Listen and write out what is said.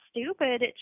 stupid